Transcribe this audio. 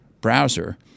browser